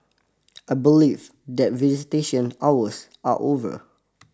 I believe that visitation hours are over